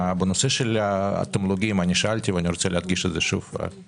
בנושא התמלוגים, אני שאלתי ורוצה לוודא